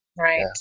Right